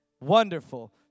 wonderful